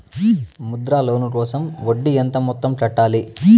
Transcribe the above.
Mudra loan కోసం వడ్డీ ఎంత మొత్తం కట్టాలి